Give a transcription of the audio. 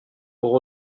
pour